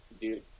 dude